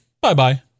Bye-bye